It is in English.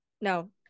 No